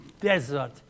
desert